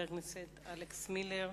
אלכס מילר,